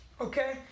Okay